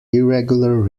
irregular